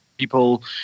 people